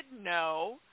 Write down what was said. no